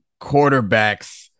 quarterbacks